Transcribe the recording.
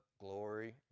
glory